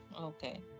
Okay